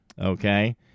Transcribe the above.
Okay